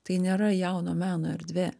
tai nėra jauno meno erdvė